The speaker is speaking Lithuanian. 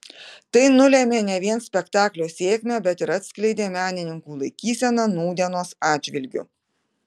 tai nulėmė ne vien spektaklio sėkmę bet ir atskleidė menininkų laikyseną nūdienos atžvilgiu